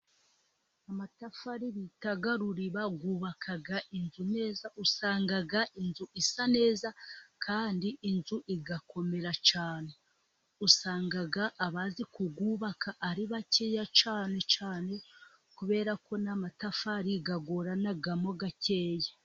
Amatafari bita ruriba yubaka inzu neza, usanga inzu isa neza, kandi inzu igakomera cyane. Usanga abazi kuyubaka ari bakeya cyane cyane , kubera ko n'amatafari agoranamo gakeya.